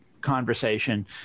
conversation